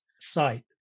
site